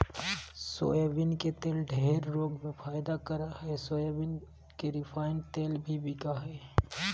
soybean के तेल ढेर रोग में फायदा करा हइ सोयाबीन के रिफाइन तेल भी बिका हइ